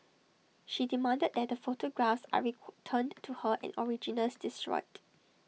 she demanded that the photographs are returned to her and originals destroyed